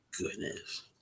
goodness